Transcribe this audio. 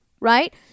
Right